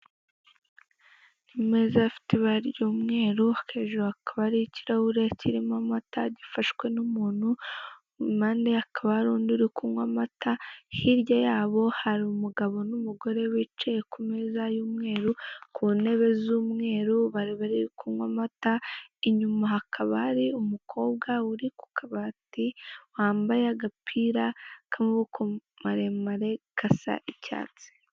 Ameza afite ibara ry'umweru, hejuru hakaba hariho ikirahure kirimo amata gifashwe n'umuntu, impande ye hakaba hari undi uri kunywa amata, hirya yabo hari umugabo n'umugore wicaye ku meza y'umweru, ku ntebe z'umweru, bari bari kunywa amata, inyuma hakaba hari umukobwa uri ku kabati, wambaye agapira k'amaboko maremare gasa icyatsi.